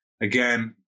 Again